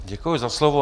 Děkuji za slovo.